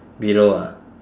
below ah